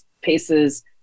paces